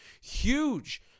huge